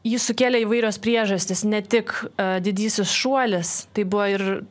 jį sukėlė įvairios priežastys ne tik didysis šuolis tai buvo ir